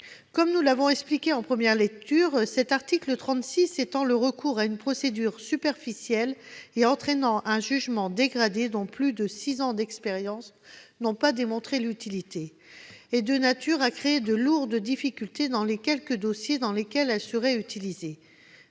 Comme nous l'avons expliqué en première lecture, l'article 36 étend le recours à une procédure qui est superficielle, qui entraîne un jugement dégradé, dont plus de six ans d'expérience n'ont pas démontré l'utilité et qui est de nature à créer de lourdes difficultés dans les quelques dossiers dans lesquels elle serait utilisée.